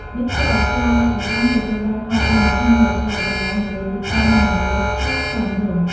នេះធ្វើឱ្យផ្លែល្ហុងទទួលបានផលពេញមួយឆ្នាំ ដែលធ្វើឲ្យតម្លៃនៅលើទីផ្សារមានតម្លៃថោកសមរម្យ។